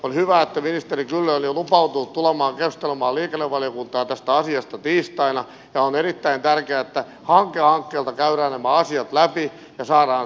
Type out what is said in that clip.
on hyvä että ministeri kyllönen on jo lupautunut tulemaan keskustelemaan liikennevaliokuntaan tästä asiasta tiistaina ja on erittäin tärkeää että hanke hankkeelta käydään nämä asiat läpi ja saadaan selväksi